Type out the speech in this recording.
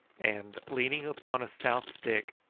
and, leaning upon a stout stick,